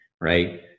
right